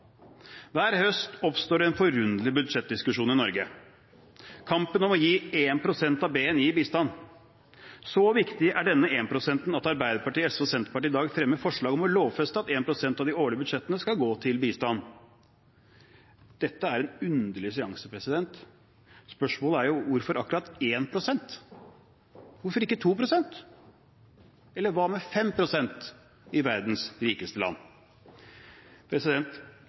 Hver høst oppstår en forunderlig budsjettdiskusjon i Norge – kampen om å gi 1 pst. av BNI i bistand. Så viktig er denne ene prosenten at Arbeiderpartiet, SV og Senterpartiet i dag fremmer forslag om å lovfeste at 1 pst. av de årlige budsjettene skal gå til bistand. Dette er en underlig seanse. Spørsmålet er: Hvorfor akkurat 1 pst.? Hvorfor ikke 2 pst. Eller hva med 5 pst. – i verdens rikeste land?